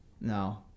No